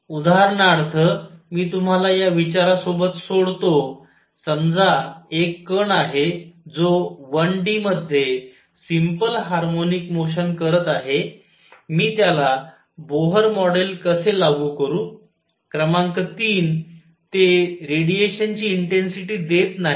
उदाहरणार्थ मी तुम्हाला या विचारासोबत सोडतो समजा एक कण आहे जो 1 डी मध्ये सिम्पल हार्मोनिक मोशन करत आहे मी त्याला बोहर मॉडेल कसे लागू करू क्रमांक 3 ते रेडिएशन ची इंटेन्सिटी देत नाही